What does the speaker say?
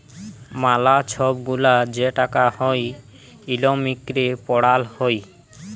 ম্যালা ছব গুলা যে টাকা হ্যয় ইকলমিক্সে পড়াল হ্যয়